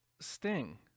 Sting